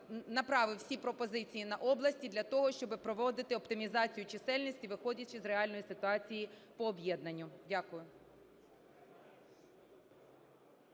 направив всі пропозиції на області для того, щоб проводити оптимізацію чисельності, виходячи з реальної ситуації по об'єднанню. Дякую.